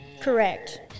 Correct